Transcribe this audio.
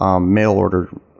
mail-order